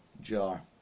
jar